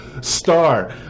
star